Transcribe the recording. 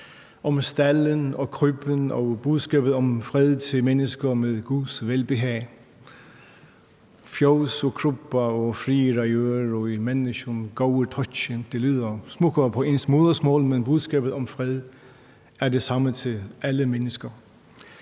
om stalden og krybben, og det er budskabet om fred til mennesker med guds velbehag. [Taleren talte færøsk] ... Det lyder smukkere på ens modersmål, men budskabet om fred er det samme for alle mennesker.